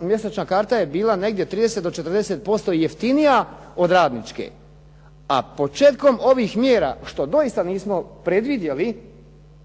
mjesečna karta je bila negdje 30 do 40% jeftinija od radničke, a početkom ovih mjera što doista nismo predvidjeli